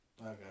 Okay